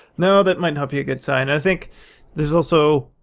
no, that might not be a good sign. i think there's also.